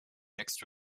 mixed